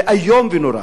זה איום ונורא,